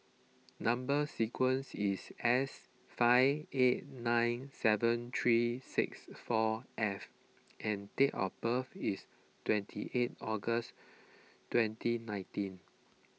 Number Sequence is S five eight nine seven three six four F and date of birth is twenty eight August twenty nineteen